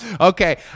Okay